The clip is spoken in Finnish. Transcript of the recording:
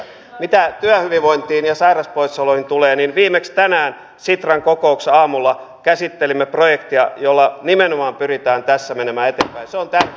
mitä työhyvinvointiin ja sairauspoissaoloihin tulee niin viimeksi tänään sitran kokouksessa aamulla käsittelimme projektia jolla nimenomaan pyritään tässä menemään eteenpäin ja se on tärkeä asia